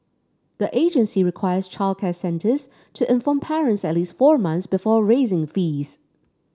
the agency requires childcare centres to inform parents at least four months before raising fees